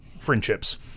friendships